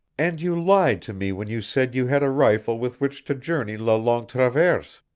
and you lied to me when you said you had a rifle with which to journey la longue traverse.